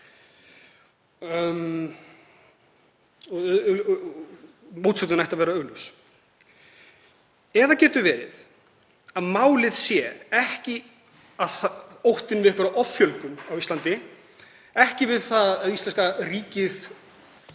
Mótsögnin ætti að vera augljós. Getur verið að málið sé ekki ótti við offjölgun á Íslandi, ekki við að íslenska ríkið